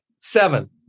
seven